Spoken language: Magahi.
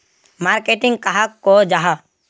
मार्केटिंग कहाक को जाहा?